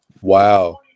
Wow